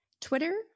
Twitter